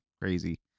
crazy